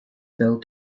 fell